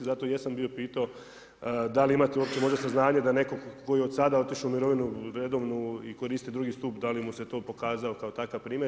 Zato jesam bio pitao da li imate uopće možda saznanja da neko tko je sada otišao u mirovinu redovnu i koristi drugi stup da li mu se to pokazao kao takav primjer.